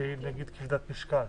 שהיא נגיד כבדת משקל?